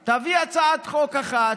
תביא הצעת חוק אחת